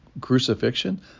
crucifixion